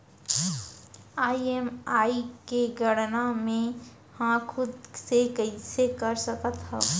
EMI के गड़ना मैं हा खुद से कइसे कर सकत हव?